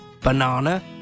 banana